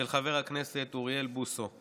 של חבר הכנסת אוריאל בוסו.